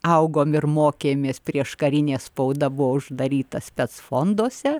augom ir mokėmės prieškarinė spauda buvo uždaryta spec fonduose